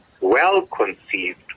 well-conceived